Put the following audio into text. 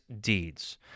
deeds